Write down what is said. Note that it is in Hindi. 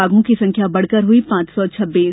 बाघों की संख्या बढ़कर हुई पांच सौ छब्बीस